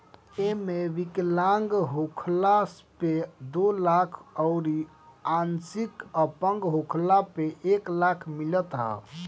एमे विकलांग होखला पे दो लाख अउरी आंशिक अपंग होखला पे एक लाख मिलत ह